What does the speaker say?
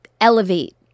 elevate